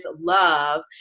love